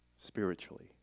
spiritually